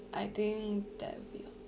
I think that will be all